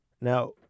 Now